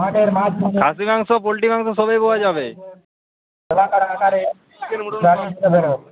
খাসির মাংস পোলট্রির মাংস সবই পাওয়া যাবে